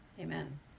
Amen